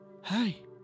Hey